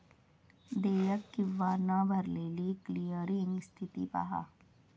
देयक किंवा न भरलेली क्लिअरिंग स्थिती पहा